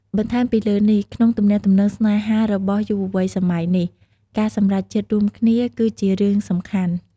បន្ថែមពីលើនេះ ក្នុងទំនាក់ទំនងស្នេហារបស់យុវវ័យសម័យនេះ ការសម្រេចចិត្តរួមគ្នា គឺជារឿងសំខាន់។